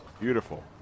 Beautiful